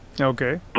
okay